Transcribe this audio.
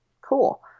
Cool